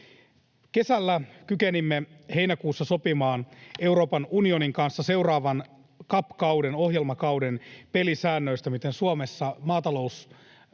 Kesällä kykenimme heinäkuussa sopimaan Euroopan unionin kanssa seuraavan CAP-kauden, -ohjelmakauden pelisäännöistä: miten Suomessa maataloustuotantoa